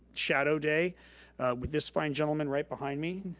shadow day with this fine gentleman right behind me.